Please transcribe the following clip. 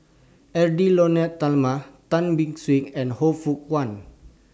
Edwy Lyonet Talma Tan Beng Swee and Han Fook Kwang